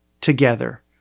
together